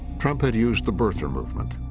trump had used the birther movement,